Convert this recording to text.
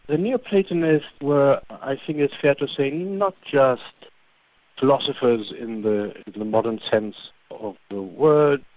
the neo-platonists were, i think it's fair to say, not just philosophers in the the modern sense of the word,